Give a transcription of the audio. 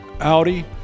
Audi